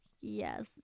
Yes